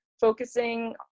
focusing